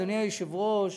אדוני היושב-ראש,